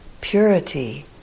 purity